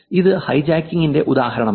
അത് ഹൈജാക്കിംഗിന്റെ ഉദാഹരണമാണ്